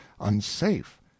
unsafe